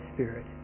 Spirit